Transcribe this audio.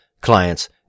clients